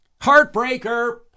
Heartbreaker